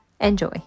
Enjoy